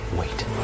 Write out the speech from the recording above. wait